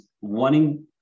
wanting